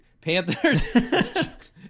panthers